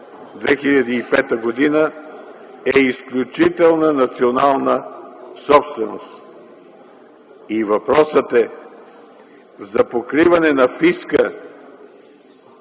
2005 г., е изключителна национална собственост. Въпросът е за покриване на фиска